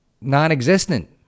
non-existent